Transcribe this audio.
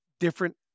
different